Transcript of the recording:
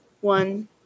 one